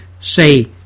say